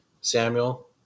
Samuel